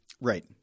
Right